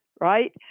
right